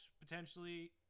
potentially